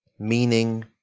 meaning